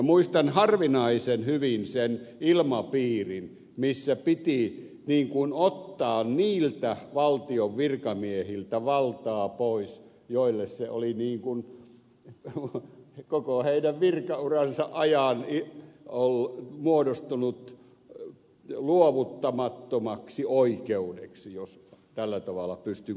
muistan harvinaisen hyvin sen ilmapiirin missä piti ottaa niiltä valtion virkamiehiltä valtaa pois joille se oli koko heidän virkauransa ajan muodostunut luovuttamattomaksi oikeudeksi jos tällä tavalla pystyn kuvaamaan tilannetta